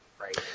right